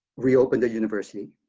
re-open the university,